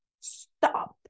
stop